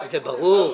זה ברור.